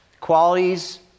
Qualities